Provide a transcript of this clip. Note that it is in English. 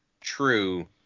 true